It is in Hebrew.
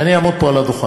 כשאני אעמוד פה על הדוכן